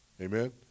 Amen